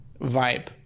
vibe